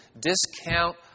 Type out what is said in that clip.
discount